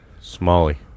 Smalley